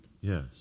Yes